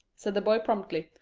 said the boy promptly.